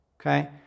Okay